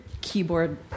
keyboard